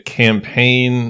campaign